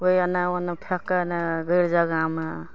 कोइ एना ओना फेकऽ नैहि ओहि जगहमे